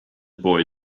boy